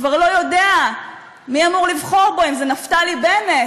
כבר לא יודע מי אמור לבחור בו, אם זה נפתלי בנט